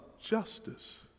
justice